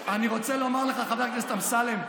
אגב, אני רוצה לומר לך, חבר הכנסת אמסלם,